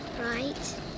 right